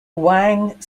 wang